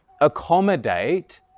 accommodate